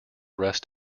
rest